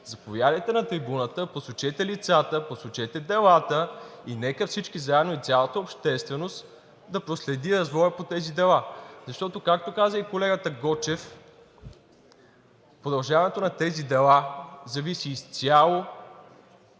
Заповядайте на трибуната, посочете лицата, посочете делата и нека всички заедно, и цялата общественост да проследим развоя по тези дела. Защото, както каза и колегата Гочев, продължаването на тези дела зависи изцяло